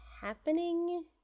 happening